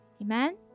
Amen